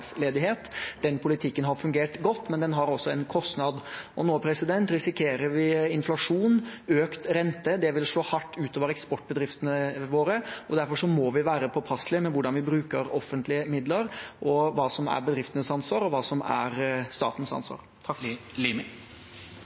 Den politikken har fungert godt, men den har også en kostnad. Nå risikerer vi inflasjon og økt rente. Det vil gå hardt ut over eksportbedriftene våre, og derfor må vi være påpasselige med hvordan vi bruker offentlige midler, og hva som er bedriftenes ansvar, og hva som er statens ansvar.